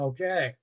Okay